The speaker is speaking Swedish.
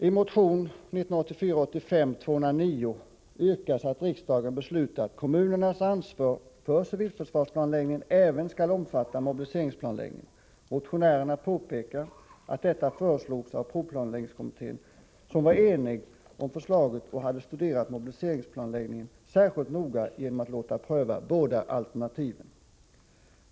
I motion 1984/85:209 från folkpartiet yrkas att riksdagen beslutar att kommunernas ansvar för civilförsvarsplanläggningen även omfattar mobiliseringsplanläggningen. Motionärerna påpekar att detta föreslogs av provplanläggningskommittén, som var enig om förslaget och hade studerat mobiliseringsplanläggningen särskilt noga genom att låta pröva båda alternativen.